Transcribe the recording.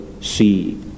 see